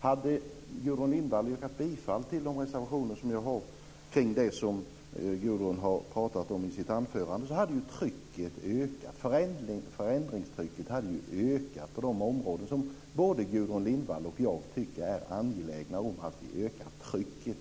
Hade Gudrun Lindvall yrkat bifall till de reservationer jag har om det som Gudrun har pratat om i sitt anförande hade förändringstrycket ökat på de områden där både Gudrun Lindvall och jag tycker att det är angeläget att vi ökar trycket.